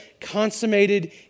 consummated